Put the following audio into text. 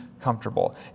comfortable